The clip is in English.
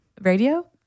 radio